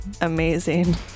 amazing